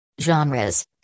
Genres